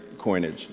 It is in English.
coinage